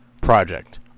project